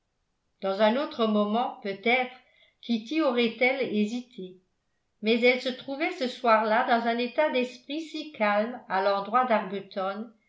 dans un autre moment peut-être kitty aurait-elle hésité mais elle se trouvait ce soir-là dans un état d'esprit si calme à l'endroit